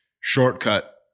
shortcut